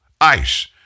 ICE